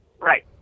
Right